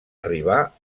arribar